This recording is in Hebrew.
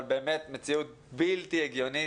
אבל מציאות בלתי הגיונית.